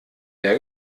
mehr